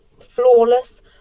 flawless